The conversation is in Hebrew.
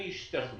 אני איש טכני,